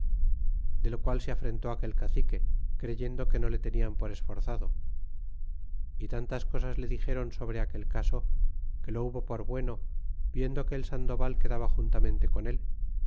de lo qual se afrentó aquel cacique creyendo que no le tenian por esforzado y tantas cesas le dixeron sobre aquel caso que lo hubo por bueno viendo que el sandoval quedaba juntamente con el